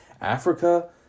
Africa